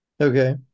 Okay